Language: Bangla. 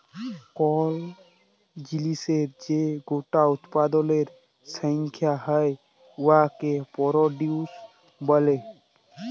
কল জিলিসের যে গটা উৎপাদলের সংখ্যা হ্যয় উয়াকে পরডিউস ব্যলে